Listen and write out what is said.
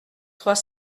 trois